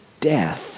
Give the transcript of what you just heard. death